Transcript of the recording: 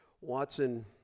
Watson